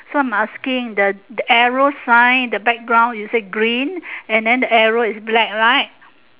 so I'm asking the arrow sign the background is it green and then the arrow is black right